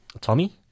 Tommy